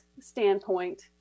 standpoint